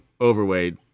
overweight